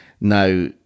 now